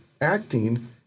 acting